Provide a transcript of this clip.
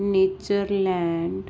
Natureland